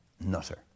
nutter